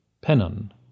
Pennon